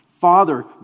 Father